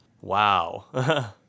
Wow